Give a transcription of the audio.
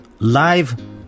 Live